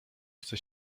chce